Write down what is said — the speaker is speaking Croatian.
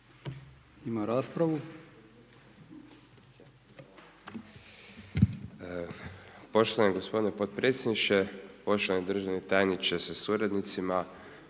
ima raspravu.